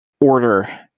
order